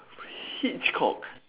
hitchcock